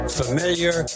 familiar